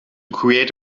create